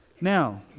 Now